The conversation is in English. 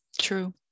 True